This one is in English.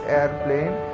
airplane